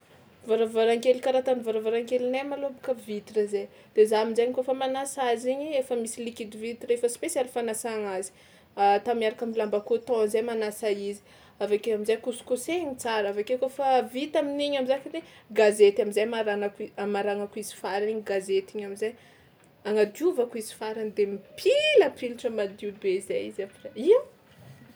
Varavarankely karaha tany varavarankelinay malôha bôka vitre zay, de za amin-jainy kaofa manasa azy igny efa misy liquide vitre efa spesialy fanasagna azy, ata miaraka am'lamba coton zay manasa izy, avy akeo amin-jay kosokosehina tsara avy akeo kaofa vita amin'igny am'zay koa edy gazety am'zay amaranako i- amaranako izy farany igny gazety igny am'zay agnadiovako izy farany de mipilapilatra madio be zay izy après, ia.